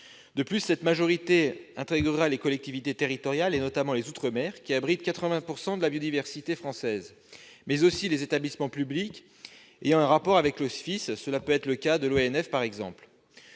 De plus, cette majorité représentera les collectivités territoriales, notamment les outre-mer, qui abritent 80 % de la biodiversité française, mais aussi les établissements publics ayant un rapport avec l'office- cela peut être le cas de l'ONF, par exemple.